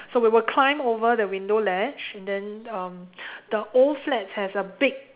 so we will climb over the window ledge and then um the old flats has a big